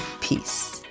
Peace